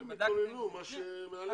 לא, הן התלוננו, מהלב.